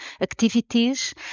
activities